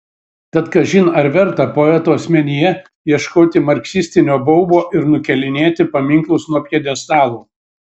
tad kažin ar verta poeto asmenyje ieškoti marksistinio baubo ir nukėlinėti paminklus nuo pjedestalų